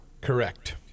Correct